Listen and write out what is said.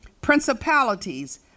principalities